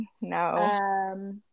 No